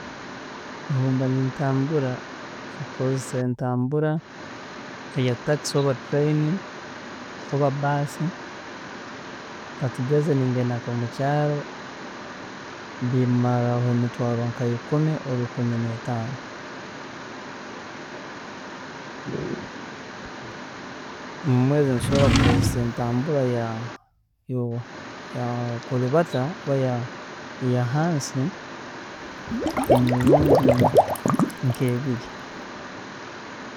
﻿Obu mba nintambura, kukozesa entambura eya taxi oba train oba baasi, katugeze ningenda nkomukyaaro, bimaraho emitwaaro nkaikumi oba ikumi neetaano, mumweezi nsobola kukozesa entambura ya- yokurubata oba eya hansi emirundi nk'ebiri.